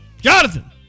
Jonathan